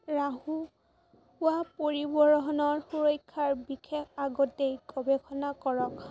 ৰাহুৱা পৰিবৰণৰ সুৰক্ষাৰ বিশেষ আগতেই গৱেষণা কৰক